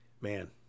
man